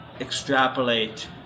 extrapolate